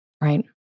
right